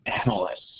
Analysts